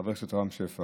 אחיטוב-עמק חפר,